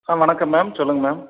ஆ வணக்கம் மேம் சொல்லுங்கள் மேம்